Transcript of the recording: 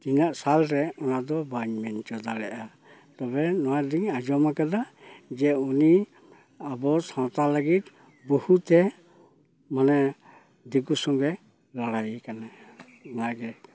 ᱛᱤᱱᱟᱹᱜ ᱥᱟᱞᱨᱮ ᱚᱱᱟᱫᱚ ᱵᱟᱹᱧ ᱢᱮᱱ ᱦᱚᱪᱚ ᱫᱟᱲᱮᱭᱟᱜᱼᱟ ᱛᱚᱵᱮ ᱱᱚᱣᱟ ᱫᱩᱧ ᱟᱸᱡᱚᱢ ᱠᱟᱫᱟ ᱡᱮ ᱩᱱᱤ ᱟᱵᱚ ᱥᱟᱶᱛᱟ ᱞᱟᱹᱜᱤᱫ ᱵᱩᱦᱩᱛᱮ ᱢᱟᱱᱮ ᱫᱤᱠᱩ ᱥᱚᱝᱜᱮ ᱞᱟᱹᱲᱦᱟᱹᱭ ᱠᱟᱱᱟᱭ ᱚᱱᱟᱜᱮ